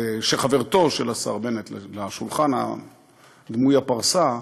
חברתו של השר בנט לשולחן דמוי הפרסה,